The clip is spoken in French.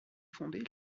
fondé